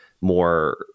more